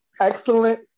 excellent